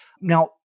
Now